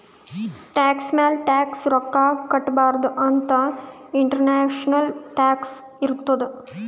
tax ಮ್ಯಾಲ tax ರೊಕ್ಕಾ ಕಟ್ಟಬಾರ್ದ ಅಂತ್ ಇಂಟರ್ನ್ಯಾಷನಲ್ ಟ್ಯಾಕ್ಸ್ ಇರ್ತುದ್